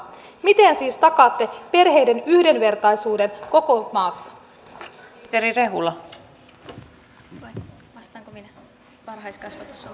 miten siis takaatte perheiden yhdenvertaisuuden koko maassa